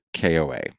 KOA